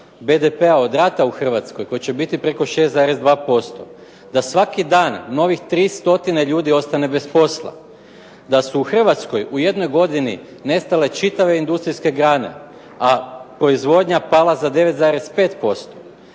BDP-a od rata u Hrvatskoj koji će biti preko 6,2%, da svaki dan novih 300 ljudi ostane bez posla, da su u jednoj godini nestale čitave industrijske grane, a proizvodnja pala za 9,5%,